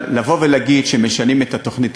אבל לבוא ולהגיד שמשנים את התוכנית,